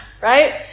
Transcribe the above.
right